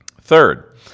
Third